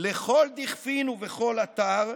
לכל דכפין ובכל אתר,